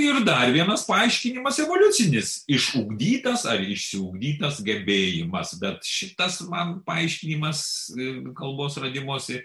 ir dar vienas paaiškinimas evoliucinis išugdytas ar išsiugdytas gebėjimas bet šitas man paaiškinimas kalbos radimosi